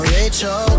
Rachel